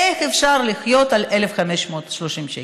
איך אפשר לחיות על 1,530 שקלים?